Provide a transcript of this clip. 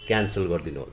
cancel गरिदिनुहोला